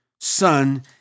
son